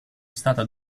stata